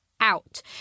out